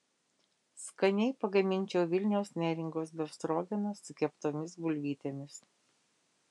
skaniai pagaminčiau vilniaus neringos befstrogeną su keptomis bulvytėmis